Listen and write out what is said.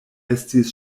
estis